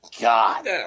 God